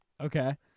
Okay